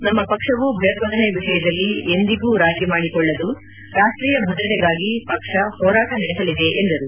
ನಮ್ಮ ಪಕ್ಷವು ಭಯೋತ್ಪಾದನೆ ವಿಷಯದಲ್ಲಿ ಎಂದಿಗೂ ರಾಜೀ ಮಾಡಿಕೊಳ್ಳವುದು ರಾಷ್ಟೀಯ ಭದ್ರತೆಗಾಗಿ ಪಕ್ಷ ಹೋರಾಟ ನಡೆಸಲಿದೆ ಎಂದರು